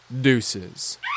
Deuces